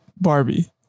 barbie